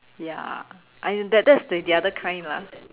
ya I that that's the other kind lah